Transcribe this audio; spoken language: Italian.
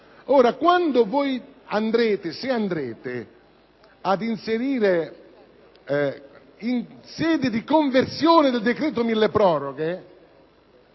- se andrete - ad inserirla in sede di conversione del decreto milleproroghe